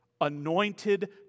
Anointed